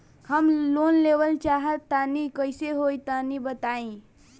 हम लोन लेवल चाह तनि कइसे होई तानि बताईं?